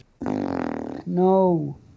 No